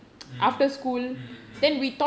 mm mm mm mm